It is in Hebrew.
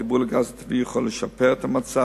חיבור לצינור גז טבעי יכול לשפר את המצב,